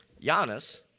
Giannis